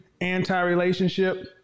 anti-relationship